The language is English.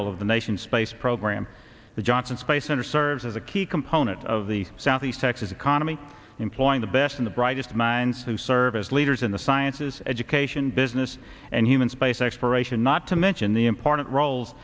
jewel of the nation space program the johnson space center serves as a key component of the southeast texas economy employing the best in the brightest minds who serve as leaders in the sciences education business and human space exploration not to mention the